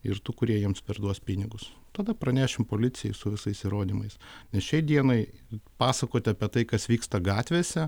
ir tų kurie jiems perduos pinigus tada pranešim policijai su visais įrodymais nes šiai dienai pasakoti apie tai kas vyksta gatvėse